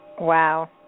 Wow